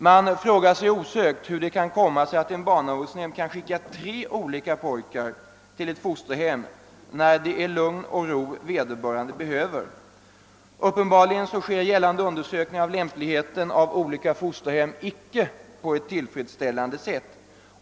Man frågar sig osökt hur det kommer sig att en barnavårdsnämnd kan skicka tre pojkar till ett fosterhem, när det är lugn och ro vederbörande behöver. Uppenbarligen görs föreskriven undersökning av lämpligheten hos olika fosterhem icke på ett tillfredsställande sätt.